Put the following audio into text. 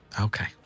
Okay